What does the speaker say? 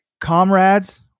comrades